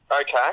Okay